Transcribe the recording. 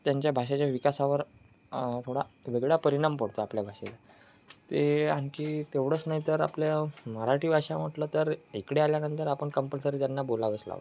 त्यांच्या भाषेच्या विकासावर थोडा वेगळा परिणाम पडतो आपल्या भाषेला ते आणखी तेवढंच नाही तर आपल्या मराठी भाषा म्हटलं तर इकडे आल्यानंतर आपण कंपल्सरी त्यांना बोलावंच लावतो